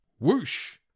Whoosh